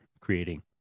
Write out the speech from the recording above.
creating